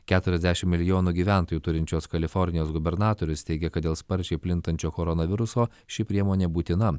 keturiasdešim milijonų gyventojų turinčios kalifornijos gubernatorius teigė kad dėl sparčiai plintančio koronaviruso ši priemonė būtina